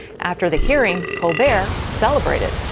after the hearing, colbert celebrated.